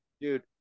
Dude